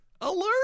alert